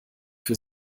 für